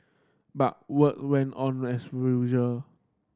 but work went on as rural